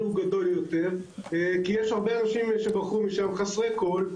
גדול יותר כי יש הרבה אנשים שברחו משם חסרי כול,